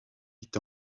huit